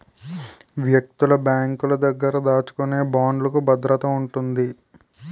వ్యక్తులు బ్యాంకుల దగ్గర దాచుకునే బాండ్లుకు భద్రత ఉంటుంది